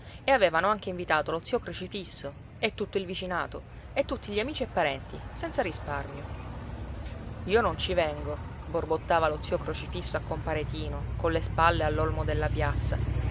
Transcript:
e avevano anche invitato lo zio crocifisso e tutto il vicinato e tutti gli amici e parenti senza risparmio io non ci vengo borbottava lo zio crocifisso a compare tino colle spalle all'olmo della piazza